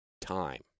time